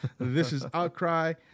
thisisoutcry